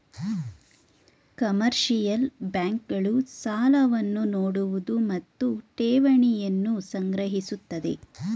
commercial bank ಗಳು ಸಾಲವನ್ನು ನೋಡುವುದು ಮತ್ತು ಠೇವಣಿಯನ್ನು ಸಂಗ್ರಹಿಸುತ್ತದೆ